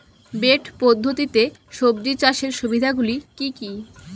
Bed পদ্ধতিতে সবজি চাষের সুবিধাগুলি কি কি?